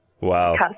Wow